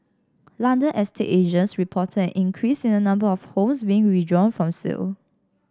London estate agents reported an increase in the number of homes being withdrawn from sale